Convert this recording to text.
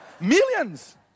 Millions